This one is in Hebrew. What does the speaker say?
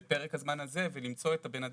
בפרק הזמן הזה ולמצוא את הבן אדם.